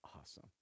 awesome